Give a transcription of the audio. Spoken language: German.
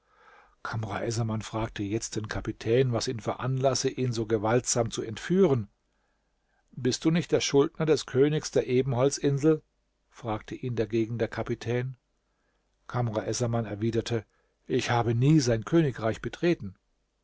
essaman fragte jetzt den kapitän was ihn veranlasse ihn so gewaltsam zu entführen bist du nicht der schuldner des königs der ebenholzinsel fragte ihn dagegen der kapitän kamr essaman erwiderte ich habe nie sein königreich betreten